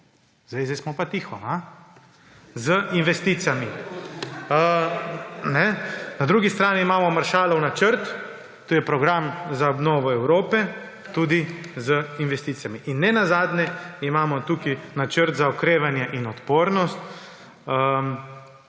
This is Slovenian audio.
A sedaj smo pa tiho? Z investicijami. Na drugi strani imamo Maršalov načrt, to je program za obnovo Evropo. Tudi z investicijami. In nenazadnje imamo tukaj načrt za okrevanje in odpornost,